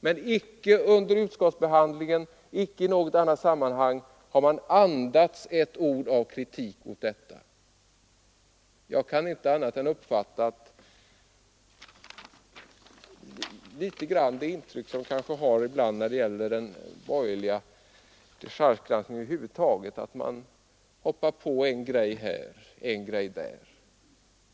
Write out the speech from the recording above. Men icke under utskottsbehandlingen och icke i något annat sammanhang har man andats ett ord av kritik mot det. Jag får det intryck man ibland har när det gäller den borgerliga dechargedebatten över huvud taget att man hoppar på en detalj här och en där.